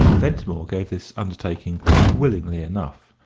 ventimore gave this undertaking willingly enough,